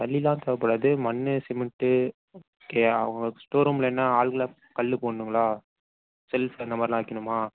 ஜல்லியெலாம் தேவைப்படாது மண் cement okay yeah உங்கள் ஸ்டோர் ரூமில் என்ன ஹாலில் கல் போடணுங்களா செல்ஃப் அந்த மாதிரில்லாம் வைக்கணுமா